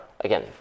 again